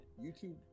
youtube